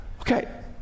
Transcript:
Okay